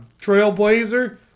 trailblazer